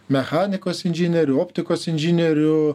mechanikos inžinierių optikos inžinierių